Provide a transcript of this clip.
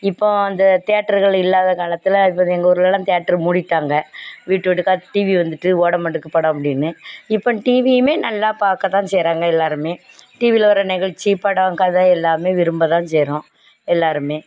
இப்போது அந்த தேட்டருகள் இல்லாத காலத்தில் இப்போ எங்கள் ஊர்லெல்லாம் தேட்டரு மூடிவிட்டாங்க வீட்டு வீட்டுக்காக டிவி வந்துட்டு ஓட மாட்டுக்கு படம் அப்படின்னு இப்போ டிவியுமே நல்லா பார்க்கத்தான் செய்கிறாங்க எல்லாேருமே டிவியில் வர்ற நிகழ்ச்சி படம் கதை எல்லாமே விரும்ப தான் செய்கிறோம் எல்லாேருமே